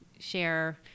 share